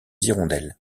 hirondelles